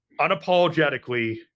unapologetically